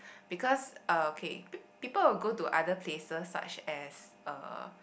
because uh okay pe~ people will go to other places such as uh